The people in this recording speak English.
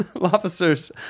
Officers